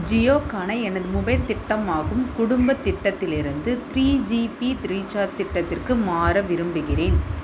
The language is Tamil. ஜியோக்கான எனது மொபைல் திட்டமாகும் குடும்பத் திட்டத்திலிருந்து த்ரீ ஜிபி ரீசார்ஜ் திட்டத்திற்கு மாற விரும்புகிறேன்